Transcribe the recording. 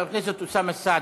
חבר הכנסת אוסאמה סעדי.